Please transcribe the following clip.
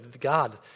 God